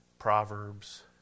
Proverbs